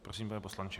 Prosím, pane poslanče.